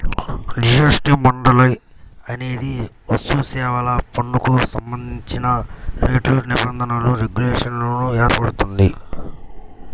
GST మండలి అనేది వస్తుసేవల పన్నుకు సంబంధించిన రేట్లు, నిబంధనలు, రెగ్యులేషన్లను ఏర్పరుస్తుంది